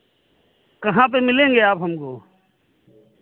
कहाँ पे मिलेंगे आप हमको